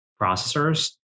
processors